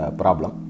problem